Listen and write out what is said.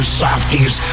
softies